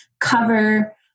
cover